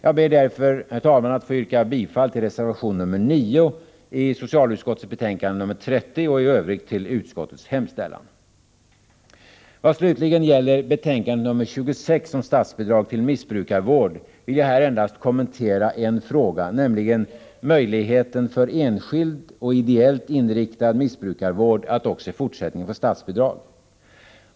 Jag ber att få yrka bifall till reservation 9 i socialutskottets betänkande 30 och i övrigt till utskottets hemställan. Vad slutligen gäller betänkande nr 26 om statsbidrag till missbrukarvård vill jag där endast kommentera en fråga, nämligen möjligheten för enskild och ideellt inriktad missbrukarvård att också i fortsättningen få statsbidrag.